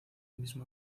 mismo